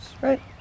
right